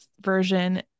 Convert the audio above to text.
version